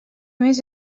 més